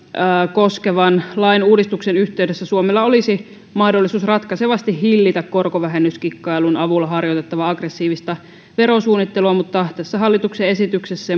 koskevan lain uudistuksen yhteydessä suomella olisi mahdollisuus ratkaisevasti hillitä korkovähennyskikkailun avulla harjoitettavaa aggressiivista verosuunnittelua mutta tässä hallituksen esityksessä